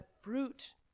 fruit